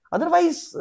Otherwise